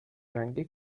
رنگی